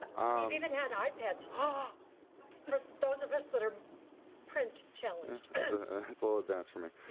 um even had um ipads ah for those of us that are print challenged. that's a little advanced for me.